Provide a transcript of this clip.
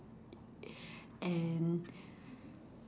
and